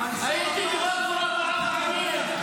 הייתי בבלפור ארבע פעמים.